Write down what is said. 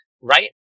Right